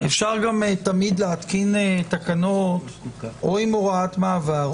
אפשר תמיד גם להתקין תקנות עם הוראת מעבר,